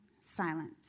silent